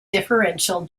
differential